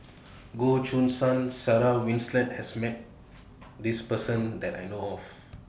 Goh Choo San Sarah Winstedt has Met This Person that I know of